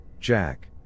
Jack